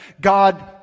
God